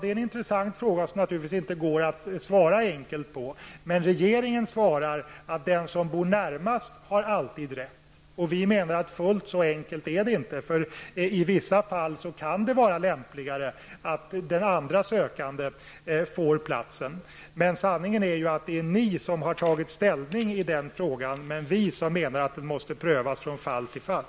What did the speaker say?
Det är en intressant fråga, som det inte går att svara enkelt på, men regeringen menar att den som bor närmast alltid har företräde. Vi menar att det inte är fullt så enkelt. I vissa fall kan det vara lämpligare att den andra sökanden får platsen. Men sanningen är ju att det är ni som har tagit ställning i den frågan, medan vi menar att den måste prövas från fall till fall.